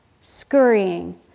scurrying